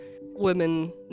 women